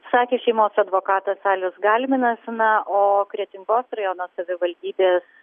sakė šeimos advokatas alius galminas na o kretingos rajono savivaldybės